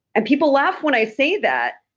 and people laugh when i say that.